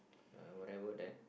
uh whatever that